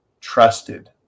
trusted